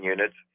Units